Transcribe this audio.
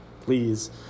please